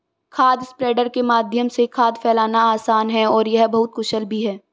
खाद स्प्रेडर के माध्यम से खाद फैलाना आसान है और यह बहुत कुशल भी है